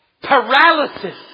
Paralysis